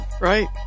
Right